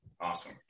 Awesome